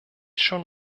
schon